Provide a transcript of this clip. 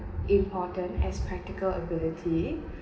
important as practical ability